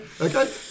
Okay